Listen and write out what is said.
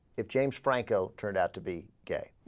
if james franko turned out to be a a